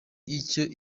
icyo